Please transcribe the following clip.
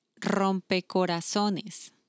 rompecorazones